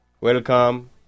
welcome